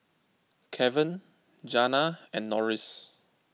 Keven Janna and Norris